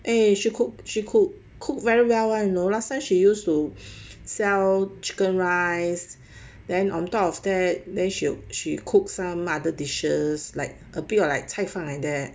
eh she could she could cook very well [one] you know last time she used to sell chicken rice then on top of that then she cook some other dishes like a bit like 菜饭 like that